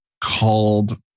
called